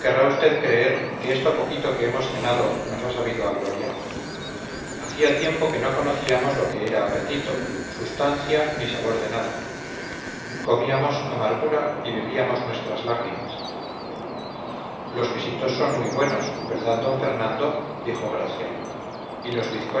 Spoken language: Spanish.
usted creer que esto poquito que hemos cenado nos ha sabido a gloria hacía tiempo que no conocíamos lo que era apetito substancia ni sabor de nada comíamos amargura y bebíamos nuestras lágrimas los quesitos son muy buenos verdad d fernando dijo gracia y los